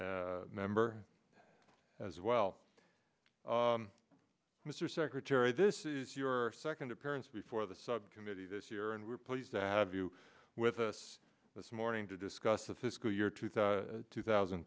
member as well mr secretary this is your second appearance before the subcommittee this year and we're pleased that have you with us this morning to discuss the fiscal year two thousand two thousand